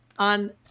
On